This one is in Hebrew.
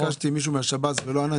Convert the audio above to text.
כיוון שביקשתי ממישהו מהשב"ס ולא ענה,